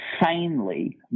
insanely